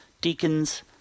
deacons